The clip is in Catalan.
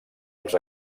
als